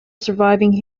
surviving